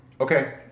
okay